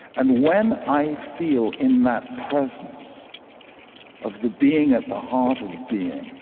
and when i feel in that presence of the being at the heart of being,